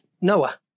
Noah